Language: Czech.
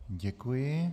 Děkuji.